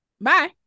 Bye